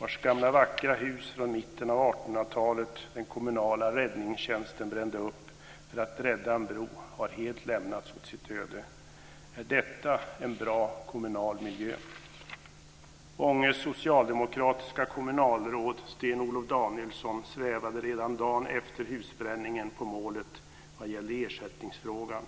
vars gamla vackra hus från mitten av 1800-talet den kommunala räddningstjänsten brände upp för att rädda en bro, har helt lämnats åt sitt öde. Är detta en bra kommunal miljö? Danielsson, svävade redan dagen efter husbränningen på målet vad gällde ersättningsfrågan.